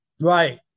Right